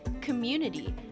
community